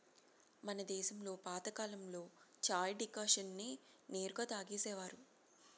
మన దేశంలో పాతకాలంలో చాయ్ డికాషన్ నే నేరుగా తాగేసేవారు